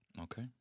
Okay